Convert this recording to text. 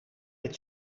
het